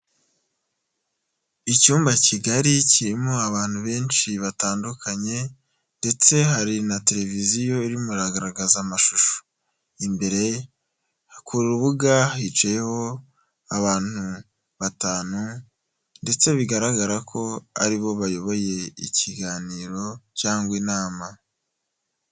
Icyumba kigari kirimo abantu benshi batandukanye ndetse hari na televiziyo irimo iragaragaza amashusho, imbere ku rubuga hicayeho abantu batanu ndetse bigaragara ko aribo bayoboye ikiganiro cyangwa inama.